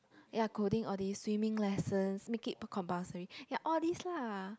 ya coding all this swimming lessons make it compulsory ya all this lah